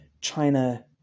china